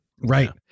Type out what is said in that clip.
Right